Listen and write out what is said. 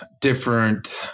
different